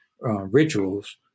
rituals